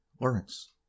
Lawrence